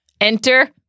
Enter